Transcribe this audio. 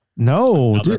No